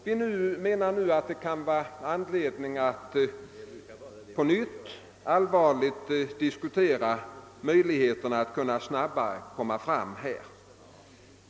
Vi menar nu att det kan vara anledning att direkt med Industriförbundet allvarligt diskutera möjligheterna att gå snabbare fram på detta område.